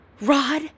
Rod